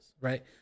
right